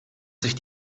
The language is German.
sich